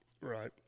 right